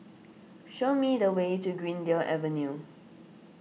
show me the way to Greendale Avenue